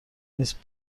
نیست